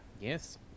Yes